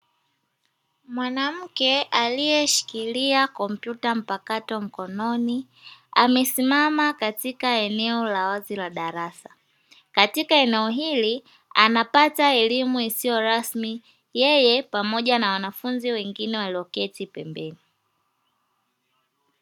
Mwanamke aliyeshikilia kompyuta mpakato mkononi, amesimama katika eneo la wazi la darasa. Katika eneo hili anapata elimu isiyo rasmi yeye pamoja na wanafunzi wengine walioketi pembeni.